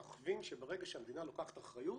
כי אנחנו חושבים שברגע שהמדינה לוקחת אחריות